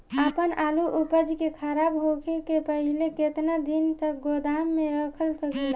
आपन आलू उपज के खराब होखे से पहिले केतन दिन तक गोदाम में रख सकिला?